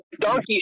Donkey